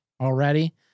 already